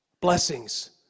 blessings